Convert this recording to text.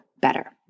better